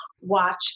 watch